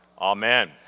Amen